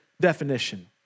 definition